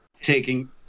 taking